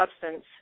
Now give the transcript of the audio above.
substance